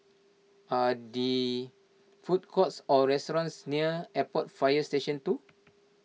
are food courts or restaurants near Airport Fire Station two